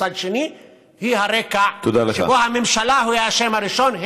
מצד שני הם הרקע שבו הממשלה היא האשם הראשון,